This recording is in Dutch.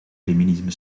feminisme